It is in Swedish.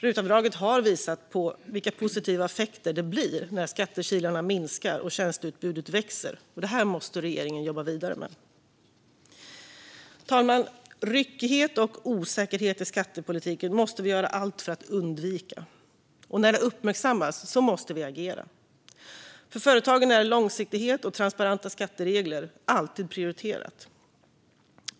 Rutavdraget har visat på vilka positiva effekter det blir när skattekilarna minskar och tjänsteutbudet växer. Det här måste regeringen jobba vidare med. Fru talman! Ryckighet och osäkerhet i skattepolitiken måste vi göra allt för att undvika. När det uppmärksammas måste vi agera. För företagen är långsiktighet och transparenta skatteregler alltid prioriterat.